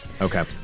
Okay